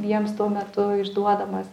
jiems tuo metu išduodamas